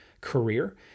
career